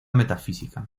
metafísica